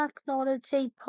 Technology